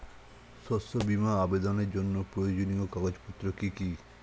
শস্য বীমা আবেদনের জন্য প্রয়োজনীয় কাগজপত্র কি কি?